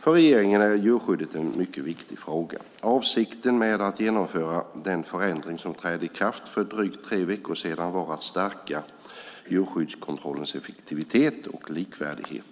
För regeringen är djurskyddet en mycket viktig fråga. Avsikten med att genomföra den förändring som trädde i kraft för drygt tre veckor sedan var att stärka djurskyddskontrollens effektivitet och likvärdighet.